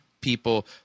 people